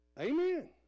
Amen